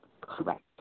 Correct